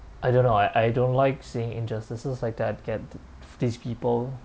I don't know I I don't like seeing injustices like that get th~ these people